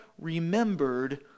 remembered